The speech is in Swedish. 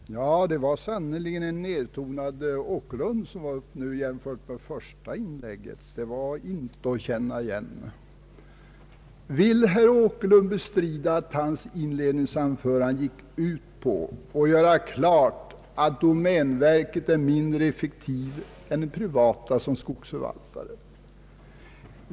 Herr talman! Herr Åkerlund var sannerligen nedtonad nu i jämförelse med det första inlägget. Han var inte att känna igen. Vill herr Åkerlund bestrida att hans inledningsanförande gick ut på att göra klart att domänverket är mindre effektivt än privata företag och personer som skogsförvaltare?